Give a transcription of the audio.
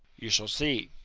you shall see.